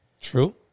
True